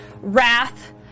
Wrath